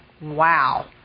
Wow